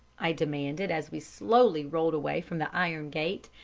i demanded, as we slowly rolled away from the iron gate,